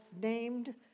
named